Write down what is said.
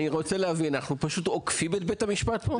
אני רוצה להבין: אנחנו פשוט עוקפים את בית המשפט פה?